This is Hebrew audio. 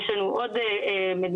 יש לנו עוד מדינות,